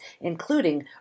including